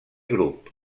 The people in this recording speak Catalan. grup